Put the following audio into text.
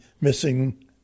missing